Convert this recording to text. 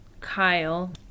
Kyle